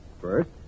First